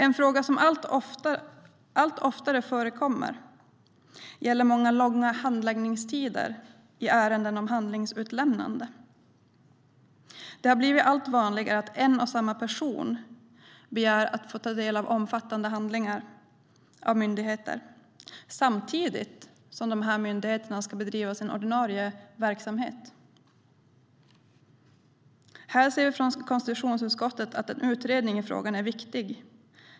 En fråga som allt oftare förekommer gäller mycket långa handläggningstider i ärenden om handlingsutlämnande. Det har blivit allt vanligare att en och samma person begär att få ta del av omfattande handlingar av myndigheter samtidigt som myndigheterna ska bedriva sin ordinarie verksamhet. Vi från konstitutionsutskottet ser att en utredning i frågan är viktig.